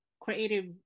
creative